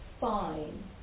fine